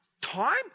Time